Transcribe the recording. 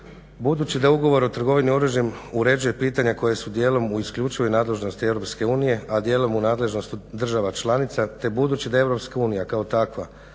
Budući da ugovor o trgovini oružjem uređuje pitanje koje su djelom u isključivoj nadležnosti EU a djelom u nadležnosti država članica te budući da EU kao takva